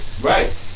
right